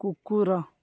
କୁକୁର